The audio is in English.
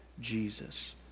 Jesus